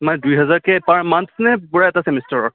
মানে দুই হেজাৰকে পাৰ মান্থ নে পূৰা এটা চেমিষ্টাৰৰ